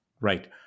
Right